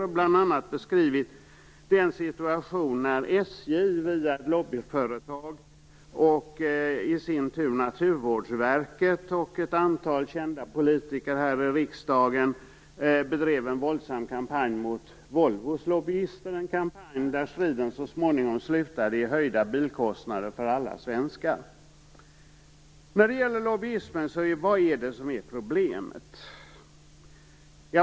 Man har bl.a. beskrivit situationen när SJ via ett lobbyföretag, Naturvårdsverket och ett antal kända politiker här i riksdagen bedrev en våldsam kampanj mot Volvos lobbyister, en kampanj där striden så småningom slutade i höjda bilkostnader för alla svenskar. Vad är problemet när det gäller lobbyismen?